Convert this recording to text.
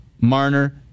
Marner